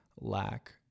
lack